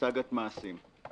לסאגת מעשים.